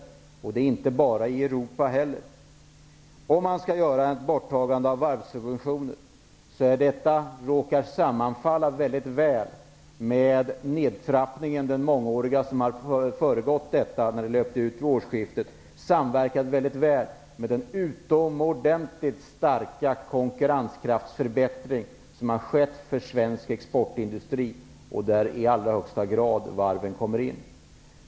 Det gäller inte heller bara för Europa, utan även för andra länder. Vi tog bort varvssubventionerna och detta råkade sammanfalla med den mångåriga nedtrappningen som löpte ut vid årsskiftet. Detta samverkade mycket väl med den utomordentligt starka förbättringen av konkurrenskraften som har skett för svensk exportindustri. Där kommer varven i allra högsta grad in.